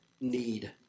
need